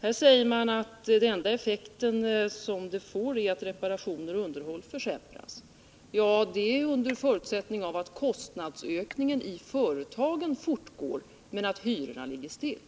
Christer Nilsson säger att den enda effekt hyresstoppet får är att reparationer och underhåll försämras, men det är under förutsättning av att kostnadsökningen i företagen fortgår medan hyrorna ligger stilla.